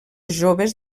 joves